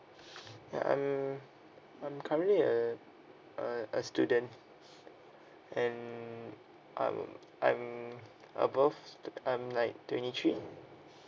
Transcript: ya I'm I'm currently a a a student and um I'm above I'm like twenty three